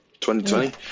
2020